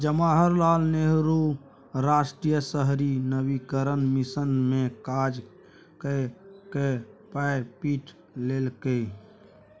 जवाहर लाल नेहरू राष्ट्रीय शहरी नवीकरण मिशन मे काज कए कए पाय पीट लेलकै